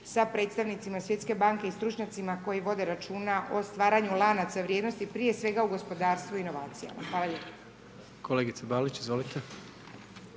sa predstavnicima svjetske banke i stručnjacima koji vode računa o stvaranju lanaca vrijednosti prije svega u gospodarstvu i inovacijama. Hvala lijepa. **Jandroković, Gordan